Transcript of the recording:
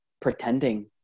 pretending